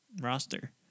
roster